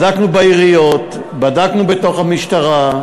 בדקנו בעיריות, בדקנו בתוך המשטרה.